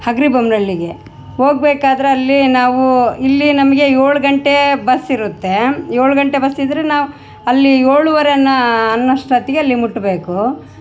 ಹಗರಿಬೊಮ್ನಳ್ಳಿಗೆ ಹೋಗ್ಬೇಕಾದ್ರೆ ಅಲ್ಲಿ ನಾವು ಇಲ್ಲಿ ನಮಗೆ ಏಳು ಗಂಟೆ ಬಸ್ ಇರುತ್ತೆ ಏಳು ಗಂಟೆ ಬಸ್ ಇದ್ದರೆ ನಾವು ಅಲ್ಲಿ ಏಳುವರೆ ನಾ ಅನ್ನೋಷ್ಟೊತ್ತಿಗೆ ಅಲ್ಲಿ ಮುಟ್ಟಬೇಕು